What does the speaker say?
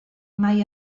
mai